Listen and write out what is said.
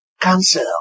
cancel